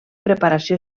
preparació